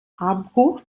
abbruch